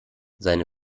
seine